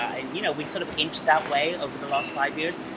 and you know we'd sort of inched that way over the last five years.